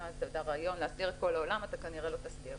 וגחמה להסדיר את כל העולם אתה כנראה לא תסדיר.